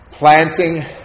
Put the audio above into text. Planting